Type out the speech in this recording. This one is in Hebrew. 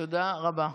תודה רבה.